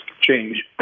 change